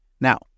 Now